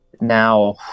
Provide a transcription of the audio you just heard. Now